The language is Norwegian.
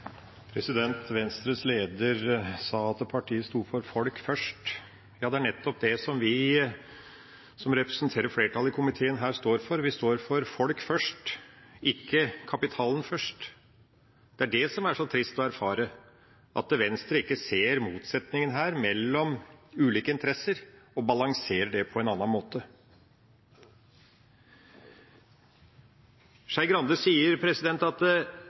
Venstres leder sa at partiet stod for «folk først». Ja, det er nettopp det vi som representerer flertallet i komiteen her, står for. Vi står for folk først, ikke kapitalen først. Det er det som er så trist å erfare, at Venstre ikke ser motsetningen mellom ulike interesser og balanserer det på en annen måte. Skei Grande sier at